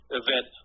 event